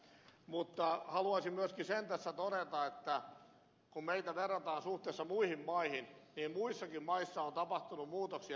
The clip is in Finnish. mutta haluaisin myöskin sen tässä todeta että kun meitä verrataan suhteessa muihin maihin niin muissakin maissa on tapahtunut muutoksia